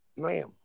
Ma'am